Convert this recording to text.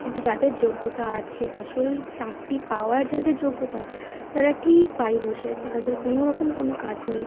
কিন্তু যাদের যোগ্যতা আছে আসল চাকরি পাওয়ার যাদের যোগ্যতা তারা ঠিক বাড়ি বসে আছে তাদের কোনো রকম কোনো কাজ নেই